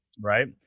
Right